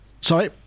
Sorry